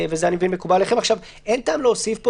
ואני מבין שזה מקובל עליכם.